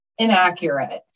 Inaccurate